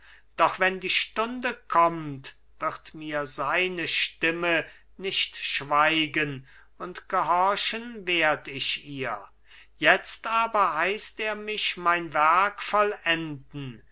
doch wenn die zeit kommt wird mir seine stimme nicht schweigen und gehorchen werd ich ihr jetzt aber heißt er mich mein werk vollenden